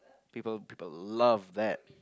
people people love that